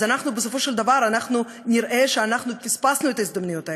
בסופו של דבר נראה שפספסנו את ההזדמנויות האלה.